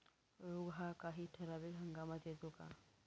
रोग हा काही ठराविक हंगामात येतो का?